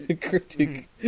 cryptic